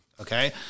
Okay